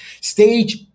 stage